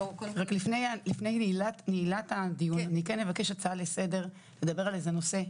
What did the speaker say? לפני נעילת הדיון אני כן אבקש הצעה לסדר לדבר על איזה שהוא נושא,